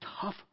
tough